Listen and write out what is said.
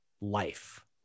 life